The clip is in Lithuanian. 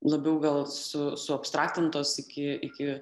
labiau gal su suabstraktintos iki iki